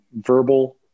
verbal